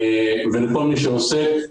ולכל מי שעוסק.